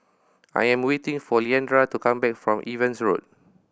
I am waiting for Leandra to come back from Evans Road